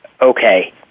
okay